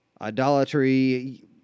Idolatry